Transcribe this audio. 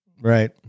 Right